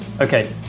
Okay